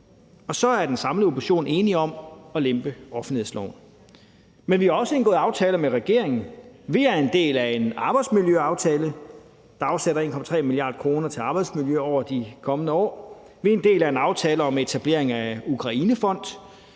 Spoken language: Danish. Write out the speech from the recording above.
Og så er den samlede opposition enige om at lempe offentlighedsloven. Men vi har også indgået aftaler med regeringen. Vi er en del af en arbejdsmiljøaftale, der afsætter 1,3 mia. kr. til arbejdsmiljø over de kommende år. Vi er en del af en aftale om etablering af Ukrainefonden.